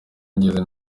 ngeze